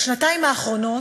בשנתיים האחרונות,